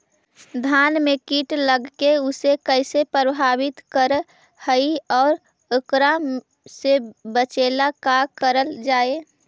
धान में कीट लगके उसे कैसे प्रभावित कर हई और एकरा से बचेला का करल जाए?